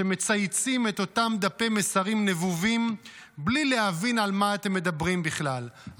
שמצייצים את אותם דפי מסרים נבובים בלי להבין על מה אתם מדברים בכלל,